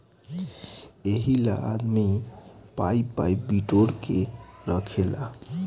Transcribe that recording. एहिला आदमी पाइ पाइ बिटोर के रखेला